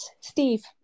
steve